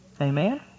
Amen